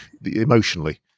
emotionally